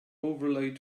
overlay